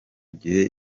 gihe